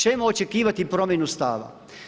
Čemu očekivati promjenu stava?